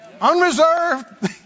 Unreserved